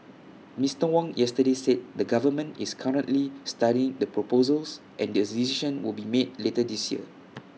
Mister Wong yesterday said the government is currently studying the proposals and decision will be made later this year